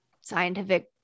scientific